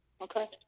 Okay